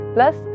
Plus